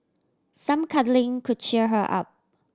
some cuddling could cheer her up